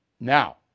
now